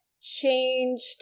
changed